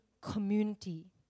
community